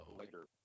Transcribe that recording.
later